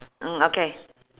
mm okay